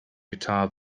guitar